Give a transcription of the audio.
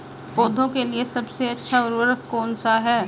पौधों के लिए सबसे अच्छा उर्वरक कौन सा है?